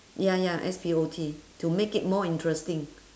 ya ya S P O T to make it more interesting